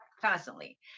constantly